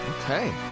okay